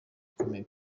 ukomeye